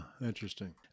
Interesting